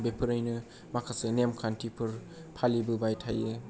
बेफोरैनो माखासे नेम खान्थिफोर फालिबोबाय थायो